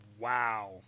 Wow